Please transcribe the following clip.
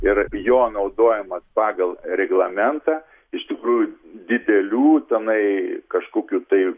ir jo naudojimas pagal reglamentą iš tikrųjų didelių tenai kažkokiu tai